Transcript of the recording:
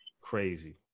Crazy